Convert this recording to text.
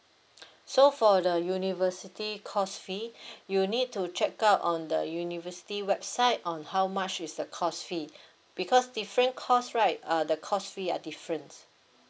so for the university course fee you need to check out on the university website on how much is the course fee because different course right uh the course fee are different